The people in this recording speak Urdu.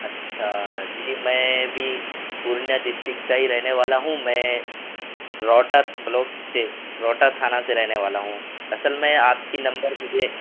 اچھا جی میں بھی پورنیہ ڈسٹرکٹ کا ہی رہنے والا ہوں میں روہٹک بلاک سے روہٹک تھانہ سے رہنے والا ہوں اصل میں آپ کی نمبر مجھے